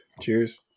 cheers